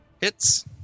Hits